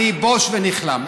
אני בוש ונכלם.